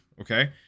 okay